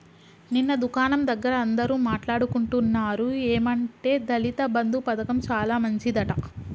నిన్న దుకాణం దగ్గర అందరూ మాట్లాడుకుంటున్నారు ఏమంటే దళిత బంధు పథకం చాలా మంచిదట